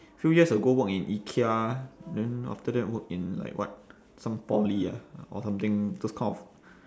few years ago work in ikea then after that work in like what some poly ah or something those kind of